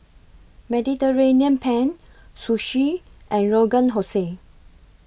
Mediterranean Penne Sushi and Rogan Jose